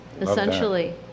essentially